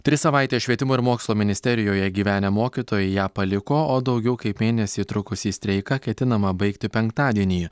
tris savaites švietimo ir mokslo ministerijoje gyvenę mokytojai ją paliko o daugiau kaip mėnesį trukusį streiką ketinama baigti penktadienį